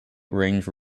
range